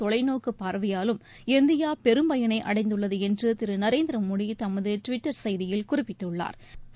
தொலைநோக்கு பார்வையாலும் இந்தியா பெரும்பயனை அடைந்துள்ளது என்று திரு நரேந்திரமோடி தமது டுவிட்டர் செய்தியில் குறிப்பிட்டுள்ளாா்